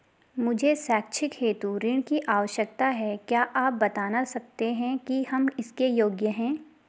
मुझे शैक्षिक हेतु ऋण की आवश्यकता है क्या आप बताना सकते हैं कि हम इसके योग्य हैं?